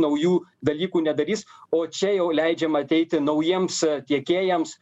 naujų dalykų nedarys o čia jau leidžiama ateiti naujiems tiekėjams